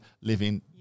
living